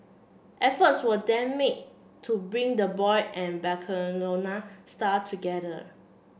efforts were then made to bring the boy and the star together